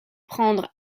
prendre